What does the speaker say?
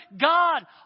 God